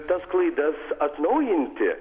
tas klaidas atnaujinti